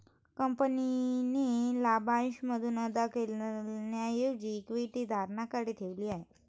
कंपनीने लाभांश म्हणून अदा करण्याऐवजी इक्विटी धारकांकडे ठेवली आहे